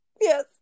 Yes